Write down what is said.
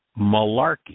malarkey